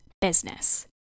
business